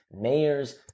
mayors